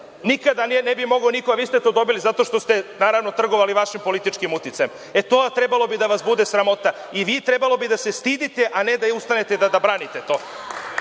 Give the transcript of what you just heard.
Nikada ne bi mogao niko, a vi ste dobili zato što ste trgovali vašim političkim uticajem. Trebalo bi da vas bude sramota i trebalo bi da se stidite, a ne da ustajete i da branite to.